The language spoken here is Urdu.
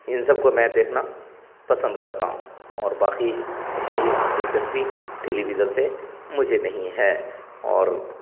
ان سب کو میں دیکھنا پسند کرتا ہوں اور باقی اتنی دلچسپی ٹیلیویژن سے مجھے نہیں ہے اور